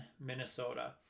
Minnesota